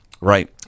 Right